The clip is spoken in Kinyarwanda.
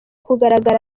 kugaragara